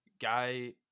Guy